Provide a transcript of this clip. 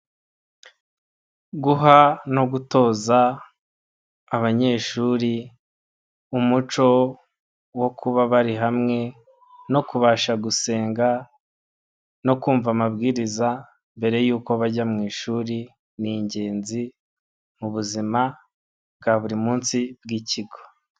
Guha no gutoza abanyeshuri umuco wo kuba bari hamwe no kubasha gusenga no kumva amabwiriza mbere yukouko bajya mu ishuri, ni ingenzi mubu buzima bwa buri munsi bw'ikigo.